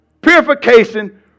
purification